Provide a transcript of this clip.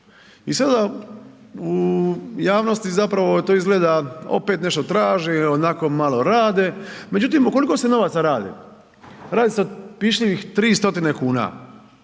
I sada u javnosti zapravo to izgleda opet nešto traže i onako malo rade, međutim o koliko se novaca radi, radi se o pišljivih tri